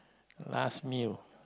last meal